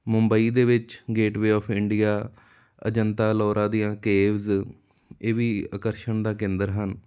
ਮੁੰਬਈ ਦੇ ਵਿੱਚ Gateway of India Ajanta Ellora ਦੀਆਂ ਕੇਵਜ ਇਹ ਵੀ ਆਕਰਸ਼ਣ ਦਾ ਕੇਂਦਰ ਹਨ